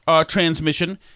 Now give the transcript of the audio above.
transmission